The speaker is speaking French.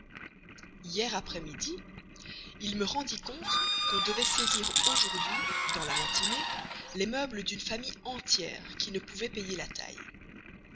hier après-midi il me rendit compte qu'on devait saisir aujourd'hui dans la matinée les meubles d'une famille entière qui ne pouvait payer la taille